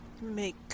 Make